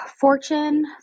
Fortune